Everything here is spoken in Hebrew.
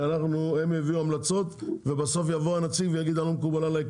שהם יביאו המלצות ובסוף יבוא הנציג ויגיד "כלום לא מקובל עליי"?